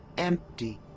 empty!